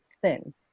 thin